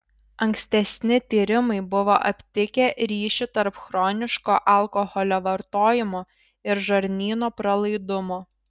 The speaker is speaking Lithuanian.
ankstesni tyrimai buvo aptikę ryšį tarp chroniško alkoholio vartojimo ir žarnyno pralaidumo